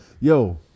Yo